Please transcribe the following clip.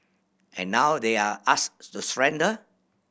and now they're asked to surrender